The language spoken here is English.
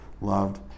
loved